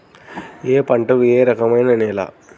ఏ పంటకు ఏ రకమైన నేల?